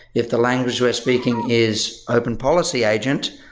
if the language we're speaking is open policy agent,